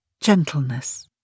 gentleness